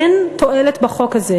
אין תועלת בחוק הזה.